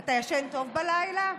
אתה ישן טוב בלילה?